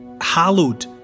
hallowed